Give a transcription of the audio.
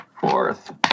Fourth